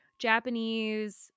Japanese